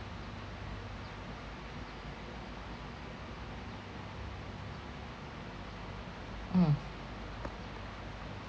mm